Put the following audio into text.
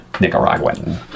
Nicaraguan